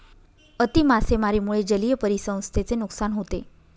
अति मासेमारीमुळे जलीय परिसंस्थेचे नुकसान होते